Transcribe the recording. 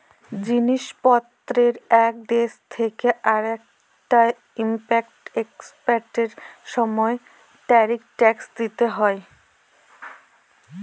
জিনিস পত্রের এক দেশ থেকে আরেকটায় ইম্পোর্ট এক্সপোর্টার সময় ট্যারিফ ট্যাক্স দিতে হয়